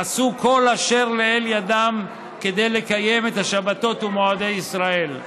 הם עשו כל אשר לאל ידם כדי לקיים את השבתות ומועדי ישראל.